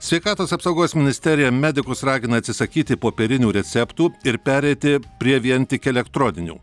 sveikatos apsaugos ministerija medikus ragina atsisakyti popierinių receptų ir pereiti prie vien tik elektroninių